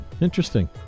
Interesting